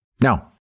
Now